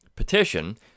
petition